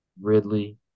Ridley